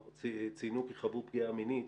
ציינו כי חוו פגיעה מינית